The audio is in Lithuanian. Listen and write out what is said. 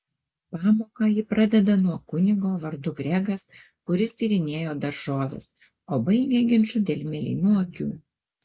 pamoką ji pradeda nuo kunigo vardu gregas kuris tyrinėjo daržoves o baigia ginču dėl mėlynų akių